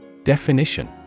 Definition